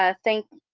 ah thank